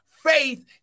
Faith